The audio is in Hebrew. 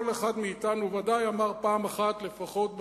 אחד מאתנו בוודאי אמר פעם אחת לפחות,